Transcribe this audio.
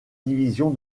division